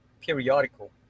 periodical